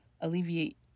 alleviate